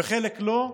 וחלק לא,